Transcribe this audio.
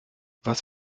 was